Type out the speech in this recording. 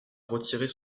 retirer